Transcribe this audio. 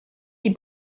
die